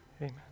Amen